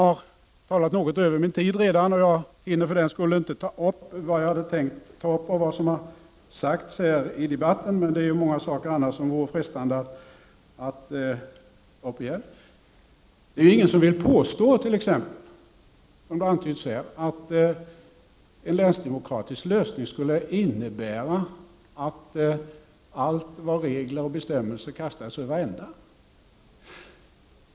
Min taletid börjar ta slut, och jag kan för den skull inte beröra allt som har sagts tidigare i debatten. Det är ingen som t.ex. vill påstå, som det antyddes här, att en länsdemokratisk lösning skulle innebära att allt vad regler och bestämmelser heter kastas över ända.